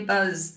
Buzz